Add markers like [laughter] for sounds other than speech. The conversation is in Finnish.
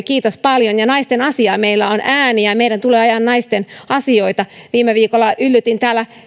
[unintelligible] kiitos paljon meillä naisilla on ääniä ja meidän tulee ajaa naisten asioita viime viikolla yllytin täällä